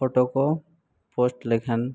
photo ᱠᱚ post ᱞᱮᱠᱷᱟᱱ